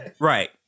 Right